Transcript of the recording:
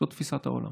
זאת תפיסת העולם.